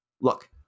look